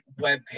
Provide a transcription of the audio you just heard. webpage